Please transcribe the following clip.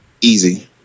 Easy